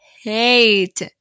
hate